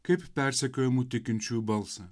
kaip persekiojamų tikinčiųjų balsą